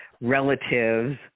relatives